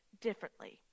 differently